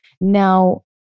Now